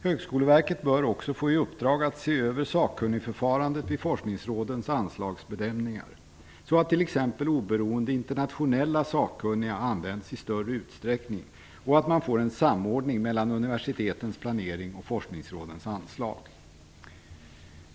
Högskoleverket bör också få i uppdrag att se över sakkunnigeförfarandet vid forskningsrådens anslagsbedömningar så att t.ex. oberoende internationella sakkunniga anlitas i större utsträckning och att man får en samordning mellan universitetens planering och forskningsrådens anslag.